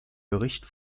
bericht